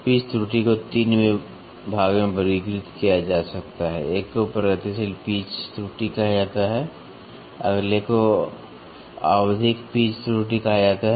pitch त्रुटि को 3 में वर्गीकृत किया जा सकता है एक को प्रगतिशील पिच त्रुटि कहा जाता है अगले को आवधिक पिच त्रुटि कहा जाता है